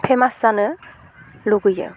famous जानो लुगैयो